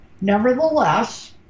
Nevertheless